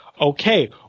Okay